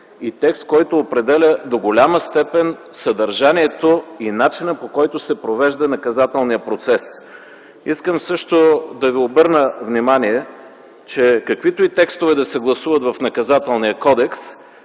Текст, който определя до голяма степен съдържанието и начина, по който се провежда наказателния процес. Искам да ви обърна внимание, че каквито и текстове да се гласуват в Наказателния кодекс,